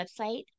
website